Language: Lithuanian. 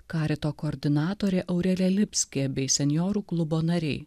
karito koordinatorė aurelija lipskienė bei senjorų klubo nariai